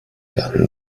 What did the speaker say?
werden